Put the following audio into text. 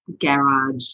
garage